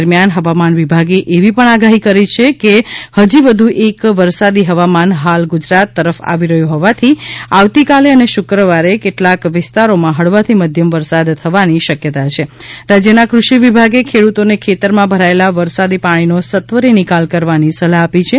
દરમિયાન હવામાન વિભાગે એવી પણ આગાહી કરી છે કે હજી વધુ એક વરસાદી હવામાન હાલ ગુજરાત તરફ આવી રહ્યું હોવાથી આવતીકાલે અને શુક્રવારે કેટલાક વિસ્તારોમાં હળવાથી મધ્યમ વરસાદ થવાની શક્યતા છિં રાજ્યના ક઼ષિ વિભાગે ખેડૂતોને ખેતરમાં ભરાયેલા વરસાદી પાણીનો સત્વરે નિકાલ કરવાની સલાહ આપી છે